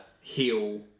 heal